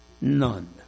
none